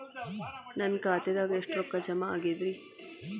ನನ್ನ ಖಾತೆದಾಗ ಎಷ್ಟ ರೊಕ್ಕಾ ಜಮಾ ಆಗೇದ್ರಿ?